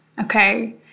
okay